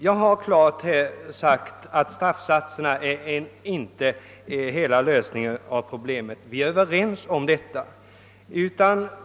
Jag har klart sagt att straffsatserna inte är hela lösningen av problemet. Vi är överens om detta.